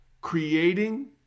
creating